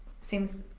seems